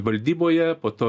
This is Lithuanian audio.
valdyboje po to